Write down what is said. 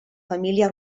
família